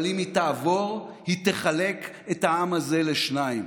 אבל אם היא תעבור, היא תחלק את העם הזה לשניים.